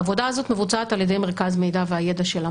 העבודה הזאת מבוצעת על ידי מרכז המידע והידע של אמ"ן.